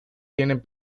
tienen